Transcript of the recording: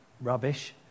rubbish